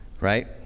right